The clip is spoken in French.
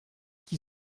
qui